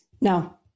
no